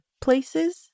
places